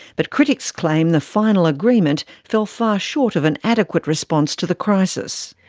but critics claim the final agreement fell far short of an adequate response to the crisis.